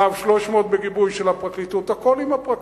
"קו 300" בגיבוי של הפרקליטות, הכול עם הפרקליטות.